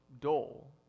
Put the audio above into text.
dull